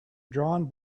drawing